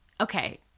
okay